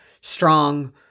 strong